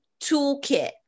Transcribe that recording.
toolkit